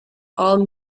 all